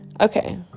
Okay